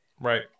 right